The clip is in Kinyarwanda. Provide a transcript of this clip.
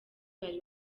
bari